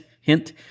hint